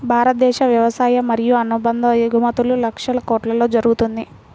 భారతదేశ వ్యవసాయ మరియు అనుబంధ ఎగుమతులు లక్షల కొట్లలో జరుగుతుంది